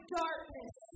darkness